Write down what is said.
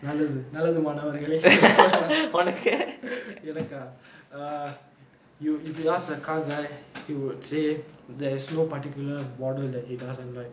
நல்லது நல்லது மாணவர்களே:nallathu nallathu maanavargalae err எனக்கா:enakkaa you if you ask a car guy he'll say there's not a particular model that he doesn't like